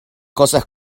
cosas